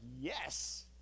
yes